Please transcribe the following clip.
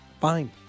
Fine